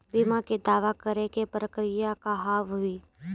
बीमा के दावा करे के प्रक्रिया का हाव हई?